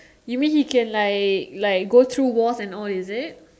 you mean he can like like go through walls and all is it